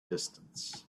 distance